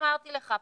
אמרתי לך,